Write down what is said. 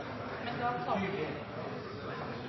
Men da